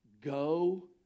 Go